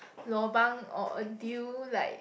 lobang or a deal like